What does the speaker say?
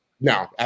No